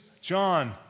John